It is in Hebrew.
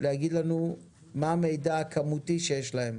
להגיד לנו מה המידע הכמותי שיש להם